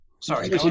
Sorry